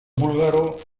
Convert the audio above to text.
búlgaro